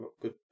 good